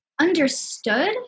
understood